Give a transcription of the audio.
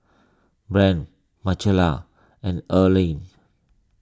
Brien Michaela and Earline